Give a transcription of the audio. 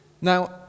Now